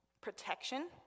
protection